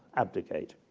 abdicate.